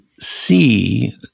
see